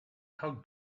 how